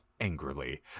angrily